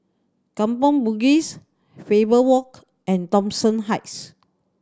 Kampong Bugis Faber Walk and Thomson Heights